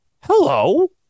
Hello